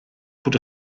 bod